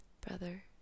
Brother